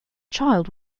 child